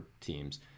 teams